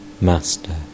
Master